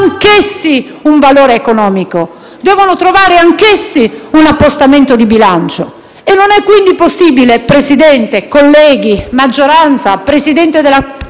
anch'essi un valore economico e devono trovare anch'essi un appostamento di bilancio. Non è quindi possibile, signor Presidente, colleghi, maggioranza, signor Presidente della